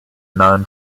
known